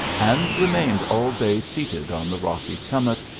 and remained all day seated on the rocky summit,